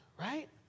right